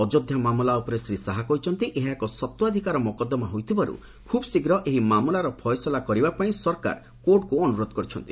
ଅଯୋଧ୍ୟା ମାମଲା ଉପରେ ଶ୍ରୀ ଶାହା କହିଛନ୍ତି ଏହା ଏକ ସତ୍ତାଧିକାର ମକଦ୍ଦମା ହୋଇଥିବାରୁ ଖୁବ୍ ଶୀଘ୍ର ଏହି ମାମଲାର ଫଏସଲା କରିବା ପାଇଁ ସରକାର କୋର୍ଟକୁ ଅନୁରୋଧ କରିଛନ୍ତି